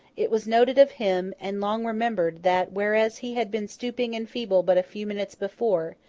it was noted of him, and long remembered, that, whereas he had been stooping and feeble but a few minutes before,